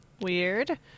weird